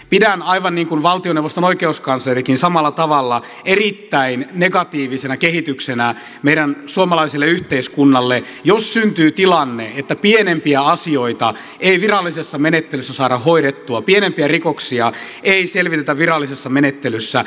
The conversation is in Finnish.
pidän aivan niin kuin valtioneuvoston oikeuskanslerikin samalla tavalla erittäin negatiivisena kehityksenä suomalaiselle yhteiskunnalle jos syntyy tilanne että pienempiä asioita ei virallisessa menettelyssä saada hoidettua pienempiä rikoksia ei selvitetä virallisessa menettelyssä